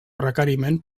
requeriment